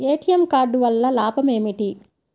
ATM card వల్ల లాభం ఏమిటి?